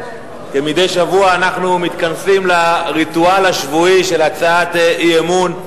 כמדי שבוע אנחנו מתכנסים לריטואל השבועי של הצעת אי-אמון,